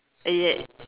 yet